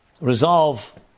resolve